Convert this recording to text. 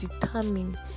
determine